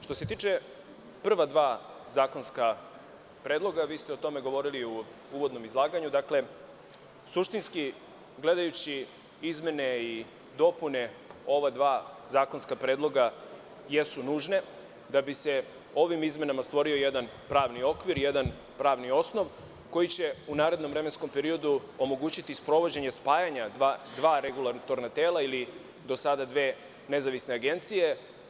Što se tiče prva dva zakonska predloga, vi ste o tome govorili u uvodnom izlaganju, suštinski gledajući izmene i dopune ova dva zakonska predloga jesu nužne da bi se ovim izmenama stvorio jedan pravni okvir i jedan pravni osnov koji će u narednom vremenskom periodu omogućiti sprovođenje spajanja dva regulatorna tela ili do sada dve nezavisne agencije.